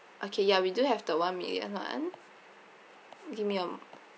okay ya we do have the one million [one] give me a